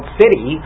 city